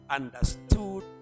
understood